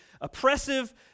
oppressive